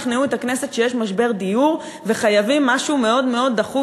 שכנעו את הכנסת שיש משבר דיור וחייבים לעשות משהו מאוד דחוף.